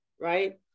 right